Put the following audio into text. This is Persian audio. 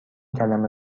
کلمه